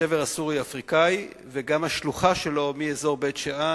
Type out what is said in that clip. השבר הסורי-אפריקני, וגם השלוחה שלו מאזור בית-שאן